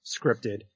scripted